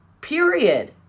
Period